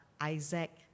Isaac